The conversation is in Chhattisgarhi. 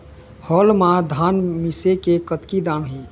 हाल मा धान मिसे के कतका दाम हे?